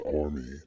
army